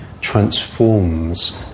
Transforms